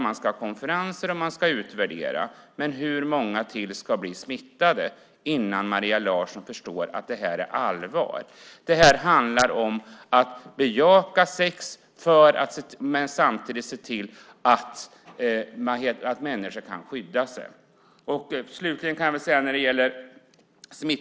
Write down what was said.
Man ska ha konferenser och man ska utvärdera, men hur många till ska bli smittade innan Maria Larsson förstår att det här är allvar? Det handlar om att bejaka sex men samtidigt se till att människor kan skydda sig.